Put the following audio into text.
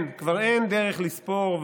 כבר אין דרך לספור,